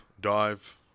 dive